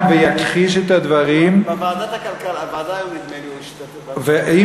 אני מכיר אותו הרבה מאוד שנים.